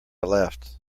left